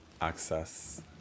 access